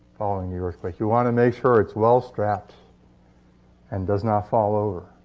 following the earthquake. you want to make sure it's well-strapped and does not fall over.